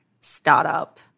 startup